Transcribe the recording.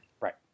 Right